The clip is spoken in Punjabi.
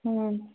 ਹੂੰ